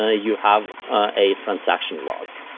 ah you have ah a transaction log.